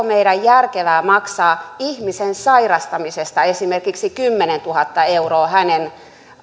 meidän järkevää maksaa ihmisen sairastamisesta esimerkiksi kymmenentuhatta euroa hänen